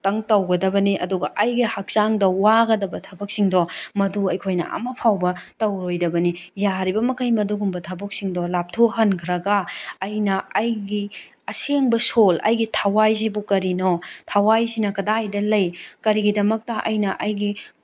ꯇꯧꯒꯗꯕꯅꯤ ꯑꯗꯨꯒ ꯑꯩꯒꯤ ꯍꯛꯆꯥꯡꯗ ꯋꯥꯒꯗꯕ ꯊꯕꯛꯁꯤꯡꯗꯣ ꯃꯗꯨ ꯑꯩꯈꯣꯏꯅ ꯑꯃ ꯐꯥꯎꯕ ꯇꯧꯔꯣꯏꯗꯕꯅꯤ ꯌꯥꯔꯤꯕ ꯃꯈꯩ ꯃꯗꯨꯒꯨꯝꯕ ꯊꯕꯛꯁꯤꯡꯗꯣ ꯂꯥꯞꯊꯣꯛꯍꯟꯈ꯭ꯔꯒ ꯑꯩꯅ ꯑꯩꯒꯤ ꯑꯁꯦꯡꯕ ꯁꯣꯜ ꯑꯩꯒꯤ ꯊꯋꯥꯏ ꯁꯤꯕꯨ ꯀꯔꯤꯅꯣ ꯊꯋꯥꯏꯁꯤꯅ ꯀꯗꯥꯏꯗ ꯂꯩ ꯀꯔꯤꯒꯤꯗꯃꯛꯇ ꯑꯩꯅ ꯑꯩꯒꯤ